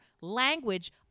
language